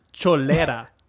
Cholera